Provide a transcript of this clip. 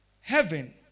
heaven